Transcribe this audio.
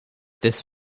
this